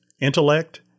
intellect